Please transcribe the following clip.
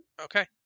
Okay